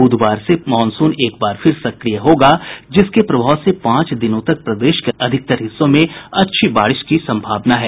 बुधवार से मॉनसून एक बार फिर सक्रिय होगा जिसके प्रभाव से पांच दिनों तक प्रदेश के अधिकतर हिस्सों में अच्छी बारिश की संभावना है